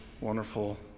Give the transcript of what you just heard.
wonderful